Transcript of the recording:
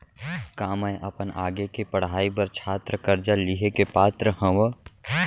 का मै अपन आगे के पढ़ाई बर छात्र कर्जा लिहे के पात्र हव?